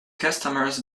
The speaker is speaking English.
customers